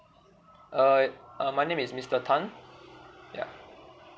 err uh my name is mister tan ya